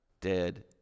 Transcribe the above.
dead